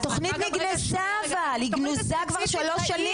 התוכנית נגנזה אבל, היא גנוזה כבר שלוש שנים.